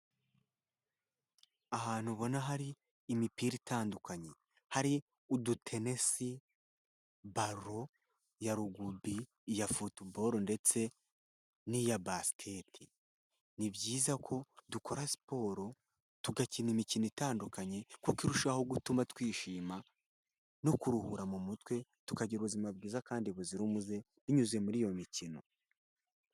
Ahantu ubona hari imipira itandukanye hari udutenesi, ballon ya rugubi, iya football ndetse n'iya basket. Ni byiza ko dukora siporo tugakina imikino itandukanye kuko irushaho gutuma twishima no kuruhura mu mutwe tukagira ubuzima bwiza kandi buzira umuze binyuze muri iyo mikino.